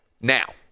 Now